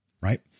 right